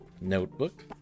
notebook